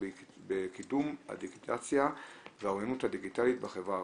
בקידום הדיגיטציה והאוריינות הדיגיטלית בחברה הערבית.